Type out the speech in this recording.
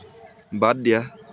বাদ দিয়া